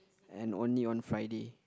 and only on Friday